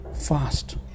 fast